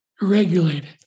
regulated